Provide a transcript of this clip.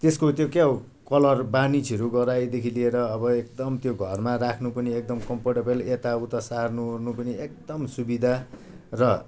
त्यसको त्यो क्या हो कलर बार्निसहरू गराइदेखि लिएर अब एकदम त्यो घरमा राख्नु पनि एकदम कम्फर्टेबल यताउता सार्नुओर्नु पनि एकदम सुविधा र